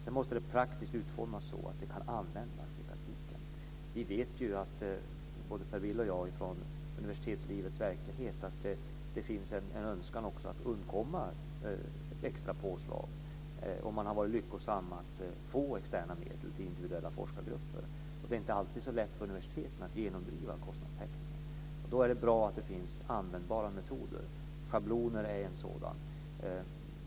Sedan måste detta praktiskt utformas så att detta går att använda i praktiken. Vi vet, både Per Bill och jag, från universitetslivets verklighet, att det finns en önskan att undkomma extra påslag om man har varit lyckosam att få externa medel till individuella forskargrupper. Det är inte alltid så lätt för universiteten att genomdriva kostnadstäckningen. Då är det bra att det finns användbara metoder. Schabloner är en sådan metod.